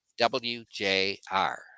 WJR